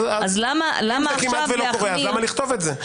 אז למה לכתוב את זה?